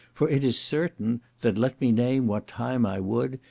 for it is certain, that let me name what time i would,